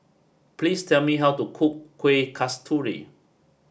please tell me how to cook Kuih Kasturi